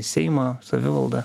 seimą savivaldą